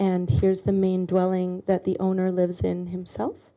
and here's the main dwelling that the owner lives in himself